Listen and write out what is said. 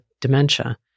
dementia